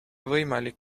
võimalik